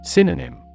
Synonym